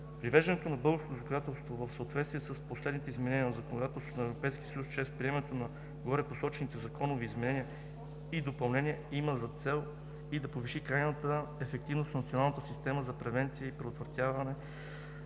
Привеждането на българското законодателство в съответствие с последните изменения на законодателството на Европейския съюз чрез приемането на горепосочените законови изменения и допълнения има за цел и да повиши крайната ефективност на националната система за превенция и предотвратяване